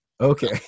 okay